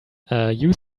you